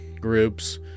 groups